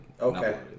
Okay